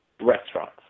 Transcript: restaurants